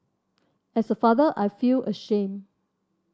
as a father I feel ashamed